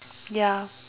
ya